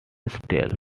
stale